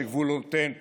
שגבולותיהן פרוצים,